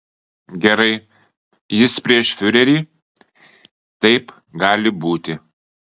gerai jis prieš fiurerį taip gali būti